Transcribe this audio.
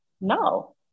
no